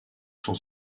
sont